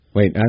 Wait